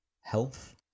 health